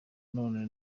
none